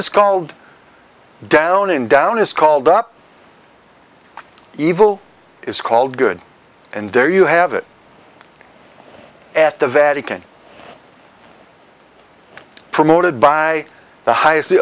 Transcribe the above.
is called down and down is called up evil is called good and there you have it at the vatican promoted by the highest the